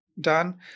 done